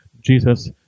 Jesus